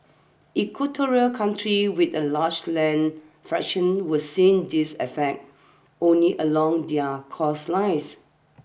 equatorial countries with a large land fraction will seen this effect only along their cost lines